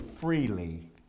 freely